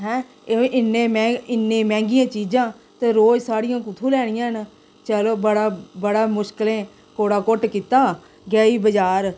हैं एह् इन्ने मैंह्ग इन्ने मैंह्गियां चीजांं ते रोज साड़ियां कुत्थुं लैनियां न चलो बड़ा बड़ा मुश्कलें कोड़ा घुट्ट कीता गेई बजार